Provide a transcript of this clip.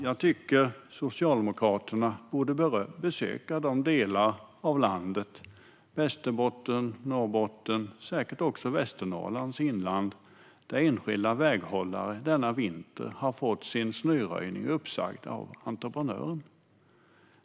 Jag tycker att Socialdemokraterna borde besöka de delar av landet - Västerbotten, Norrbotten och säkert också Västernorrlands inland - där enskilda väghållare denna vinter har fått sin snöröjning uppsagd av entreprenören.